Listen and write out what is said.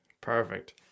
Perfect